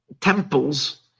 temples